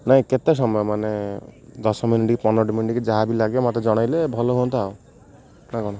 ନାହିଁ କେତେ ସମୟ ମାନେ ଦଶ ମିନିଟ୍ କି ପନ୍ଦର ମିନିଟ୍ କି ଯାହା ବି ଲାଗେ ମତେ ଜଣେଇଲେ ଭଲ ହୁଅନ୍ତା ନା କ'ଣ